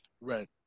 Right